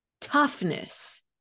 toughness